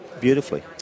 beautifully